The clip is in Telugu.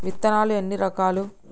విత్తనాలు ఎన్ని రకాలు?